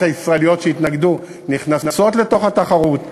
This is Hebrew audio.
הישראליות שהתנגדו נכנסות לתוך התחרות,